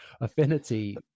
affinity